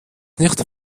nicht